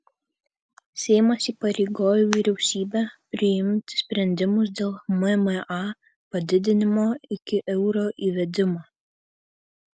seimas įpareigojo vyriausybę priimti sprendimus dėl mma padidinimo iki euro įvedimo